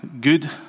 good